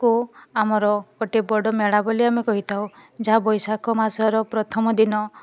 କୁ ଆମର ଏଠି ବଡ଼ ମେଳା ବୋଲି ଆମେ କହିଥାଉ ଯାହା ବୈଶାଖ ମାସର ପ୍ରଥମ ଦିନ